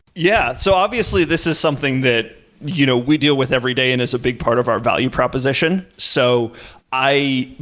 yeah. so obviously this is something that you know we deal with every day and is a big part of our value proposition. so i,